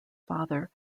father